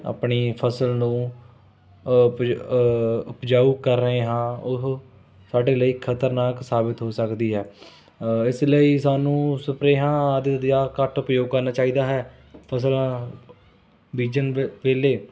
ਆਪਣੀ ਫਸਲ ਨੂੰ ਉਪਜਾ ਉਪਜਾਊ ਕਰ ਰਹੇ ਹਾਂ ਉਹ ਸਾਡੇ ਲਈ ਖ਼ਤਰਨਾਕ ਸਾਬਤ ਹੋ ਸਕਦੀ ਹੈ ਇਸ ਲਈ ਸਾਨੂੰ ਸਪਰੇਹਾਂ ਆਦਿ ਦਾ ਘੱਟ ਉਪਯੋਗ ਕਰਨਾ ਚਾਹੀਦਾ ਹੈ ਫ਼ਸਲਾਂ ਬੀਜਣ ਵੇ ਵੇਲੇ